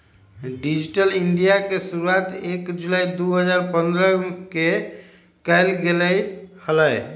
digital India के शुरुआती एक जुलाई दु हजार पन्द्रह के कइल गैले हलय